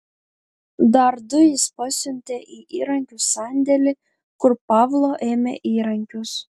dar du jis pasiuntė į įrankių sandėlį kur pavlo ėmė įrankius